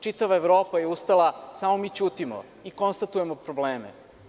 Čitava Evropa je ustala, samo mi ćutimo i konstatujemo probleme.